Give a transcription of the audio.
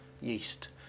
yeast